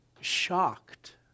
shocked